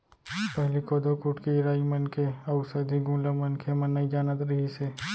पहिली कोदो, कुटकी, राई मन के अउसधी गुन ल मनखे मन नइ जानत रिहिस हे